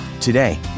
Today